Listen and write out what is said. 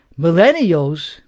Millennials